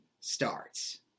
starts